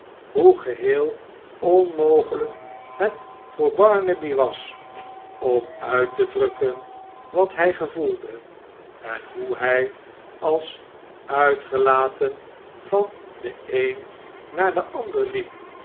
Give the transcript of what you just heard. hoe geheel onmogelijk het voor barnaby was om uit te drukken wat hij gevoelde en hoe hij als uitgelaten van den een naar den ander liep